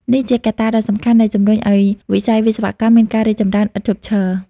នេះជាកត្តាដ៏សំខាន់ដែលជំរុញឲ្យវិស័យវិស្វកម្មមានការរីកចម្រើនឥតឈប់ឈរ។